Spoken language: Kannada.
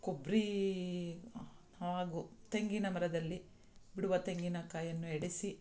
ಕೊಬ್ಬರಿ ಹಾಗೂ ತೆಂಗಿನ ಮರದಲ್ಲಿ ಬಿಡುವ ತೆಂಗಿನ ಕಾಯನ್ನು ಎಡೆಸಿ